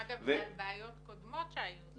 אגב, גם בעיות קודמות שהיו.